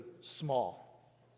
small